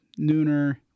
Nooner